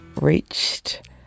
reached